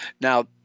Now